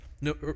no